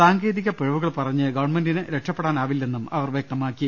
സാങ്കേതിക പിഴവുകൾ പറഞ്ഞ് ഗവൺമെന്റിന് രക്ഷപ്പെടാനാവില്ലെന്നും അവർ വ്യക്തമാക്കി